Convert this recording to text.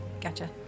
gotcha